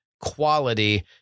quality